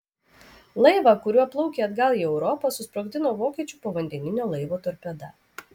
laivą kuriuo plaukė atgal į europą susprogdino vokiečių povandeninio laivo torpeda